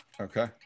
okay